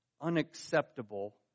unacceptable